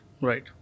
Right